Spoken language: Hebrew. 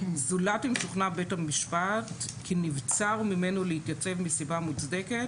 זולת אם שוכנע בית המשפט כי נבצר ממנו להתייצב מסיבה מוצדקת.